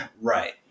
Right